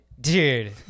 Dude